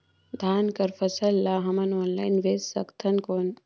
धान कर फसल ल हमन ऑनलाइन बेच सकथन कौन?